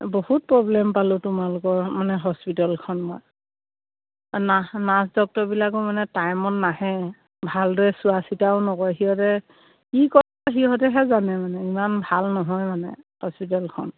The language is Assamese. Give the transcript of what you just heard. বহুত প্ৰব্লেম পালোঁ তোমালোকৰ মানে হস্পিটেলখন মই নাৰ্ছ ডক্তৰবিলাকো মানে টাইমত নাহে ভালদৰে চোৱা চিতাও নকৰে সিহঁতে কি কথা সিহঁতেহে জানে মানে ইমান ভাল নহয় মানে হস্পিটেলখন